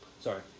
Sorry